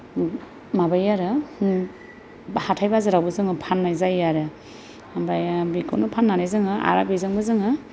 माबायो आरो हाथाय बाजारावबो जोङो फाननाय जायो आरो ओमफ्राय बेखौनो फाननानै जोङो आरो बेजोंबो जोङो